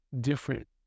different